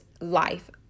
life